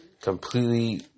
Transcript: completely